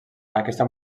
aquesta